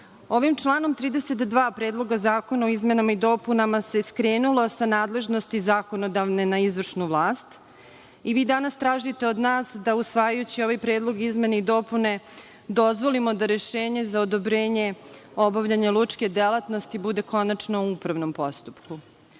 vidi. Ovim članom 32. Predloga zakona o izmenama i dopunama se skrenulo sa nadležnosti zakonodavne na izvršnu vlast. Vi danas tražite od nas da, usvajajući ovaj predlog izmene i dopune, dozvolimo da rešenje za odobrenje obavljanja lučke delatnosti bude konačno u upravnom postupku,